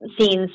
scenes